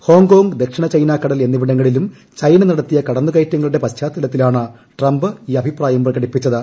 Hong Kong ദക്ഷിണ China കടൽ എന്നിവിടങ്ങളിലും ചൈന നടത്തിയ കടന്നുകയറ്റങ്ങളുടെ പശ്ചാത്തലത്തിലാണ് ട്രംപ് ഈ അഭിപ്രായം പ്രകടിപ്പിച്ചത്